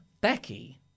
Becky